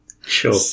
Sure